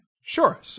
Sure